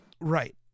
Right